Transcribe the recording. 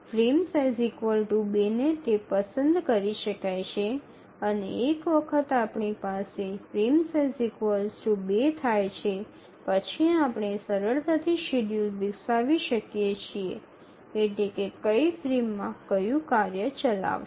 frame size ૨ તે પસંદ કરી શકાય છે અને એકવાર આપણી પાસે ફ્રેમ સાઇઝ ૨ થાય છે પછી આપણે સરળતાથી શેડ્યૂલ વિકસાવી શકીએ છીએ એટલે કે કઇ ફ્રેમમાં કયું કાર્ય ચલાવશે